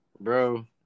bro